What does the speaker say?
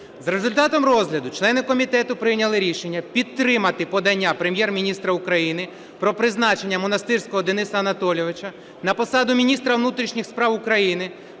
За результатами розгляду члени комітету прийняли рішення підтримати подання Прем'єр-міністра України про призначення Монастирського Дениса Анатолійовича на посаду міністра внутрішніх справ України